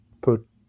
put